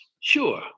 Sure